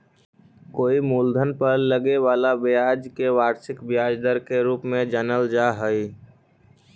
कोई मूलधन पर लगे वाला ब्याज के वार्षिक ब्याज दर के रूप में जानल जा हई